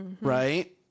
Right